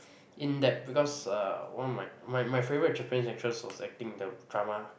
in depth because uh one of my my my favourite Japanese actress was acting the drama